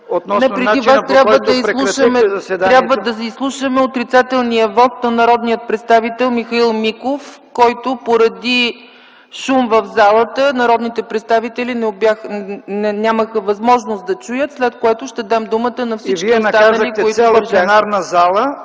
Преди Вас трябва да изслушаме отрицателния вот на народния представител Михаил Миков, който поради шум в залата народните представители нямаха възможност да чуят, след което ще дам думата на всички останали, които желаят